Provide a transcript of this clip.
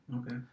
Okay